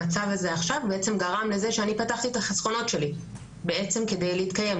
המצב הזה עכשיו בעצם גרם לזה שאני פתחתי את החסכונות שלי כדי להתקיים,